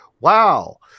Wow